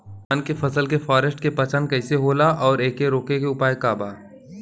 धान के फसल के फारेस्ट के पहचान कइसे होला और एके रोके के उपाय का बा?